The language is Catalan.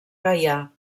gaià